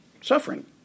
suffering